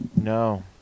No